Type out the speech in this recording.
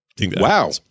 Wow